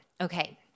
okay